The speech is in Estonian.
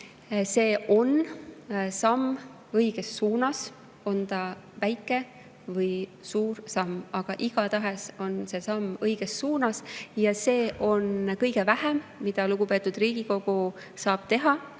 See on samm õiges suunas. On see väike või suur samm, igatahes on see samm õiges suunas. See on kõige vähem, mida lugupeetud Riigikogu saab teha